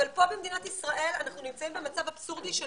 אבל פה במדינת ישראל אנחנו נמצאים במצב אבסורדי של